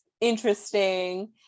interesting